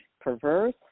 perverse